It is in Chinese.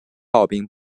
炮兵